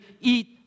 eat